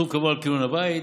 סכום קבוע על כינון הבית.